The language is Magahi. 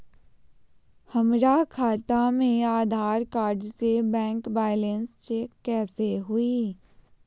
हमरा खाता में आधार कार्ड से बैंक बैलेंस चेक कैसे हुई?